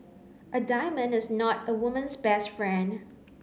a diamond is not a woman's best friend